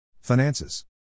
Finances